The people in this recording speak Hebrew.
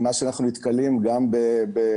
ממה שאנחנו נתקלים גם בנגב,